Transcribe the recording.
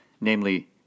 namely